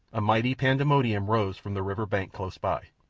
a mighty pandemonium rose from the river-bank close by.